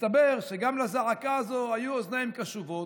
מסתבר שגם לזעקה הזו היו אוזניים קשובות,